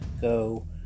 go